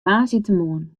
woansdeitemoarn